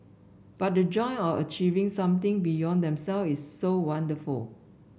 but the joy of achieving something beyond them self is so wonderful